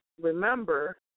Remember